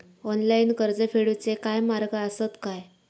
Online कर्ज फेडूचे काय मार्ग आसत काय?